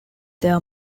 their